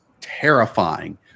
terrifying